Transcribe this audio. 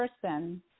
person